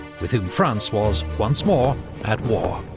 with whom france was once more at war.